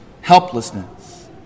helplessness